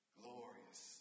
glorious